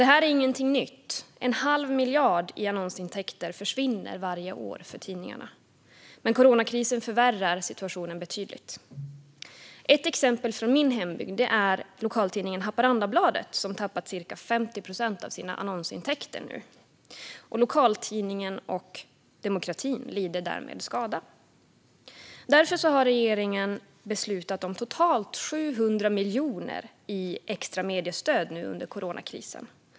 Det här är inget nytt - varje år försvinner en halv miljard i annonsintäkter för tidningarna - men coronakrisen förvärrar situationen betydligt. Ett exempel från min hembygd är lokaltidningen Haparandabladet, som nu har tappat ca 50 procent av sina annonsintäkter. Lokaltidningen och demokratin lider därmed skada. Därför har regeringen beslutat om totalt 700 miljoner i extra mediestöd nu under coronakrisen.